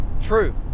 true